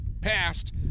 passed